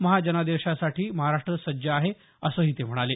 महाजनादेशासाठी महाराष्ट सज्ज आहे असंही ते म्हणाले